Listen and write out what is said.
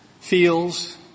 feels